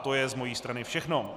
To je z mojí strany všechno.